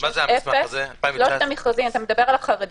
אם אתה מדבר על החרדים,